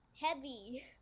heavy